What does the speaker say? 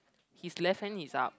his left hand is up